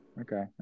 Okay